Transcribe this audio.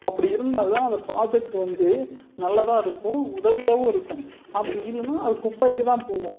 அப்படி இருந்தால் தான் அந்த ப்ராஜெக்ட் வந்து நல்லதாக இருக்கும் உதவியாகவும் இருக்கும் அப்படி இல்லைனா அது குப்பைக்கு தான் போகும்